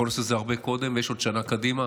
יכול להיות שזה הרבה קודם ויש עוד שנה קדימה,